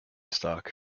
stock